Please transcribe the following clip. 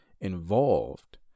involved